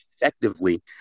effectively